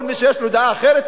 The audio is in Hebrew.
כל מי שיש לו דעה אחרת,